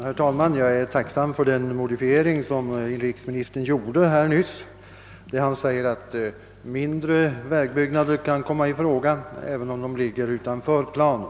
Herr talman! Jag är tacksam för den modifiering som inrikesministern gjorde nyss när han sade att mindre vägbyggnader kan komma i fråga, även om de ligger utanför planen.